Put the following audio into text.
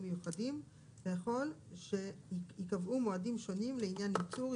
מיוחדים ויכול שייקבעו מועדים שונים לעניין ייצור,